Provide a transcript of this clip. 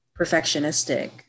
perfectionistic